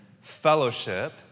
fellowship